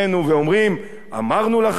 ואומרים: אמרנו לכם.